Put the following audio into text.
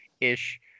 ish